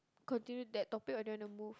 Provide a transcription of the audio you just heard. continue that topic or do you want to move